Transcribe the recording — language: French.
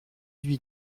huit